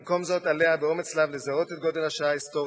במקום זאת עליה באומץ לב לזהות את גודל השעה ההיסטורית,